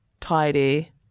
tidy